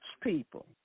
people